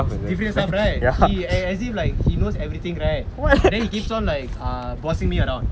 different stuff right he as if like he knows everything right then you keeps on like ah bossing me around